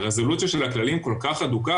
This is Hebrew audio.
הרזולוציה של הכללים כל כך הדוקה,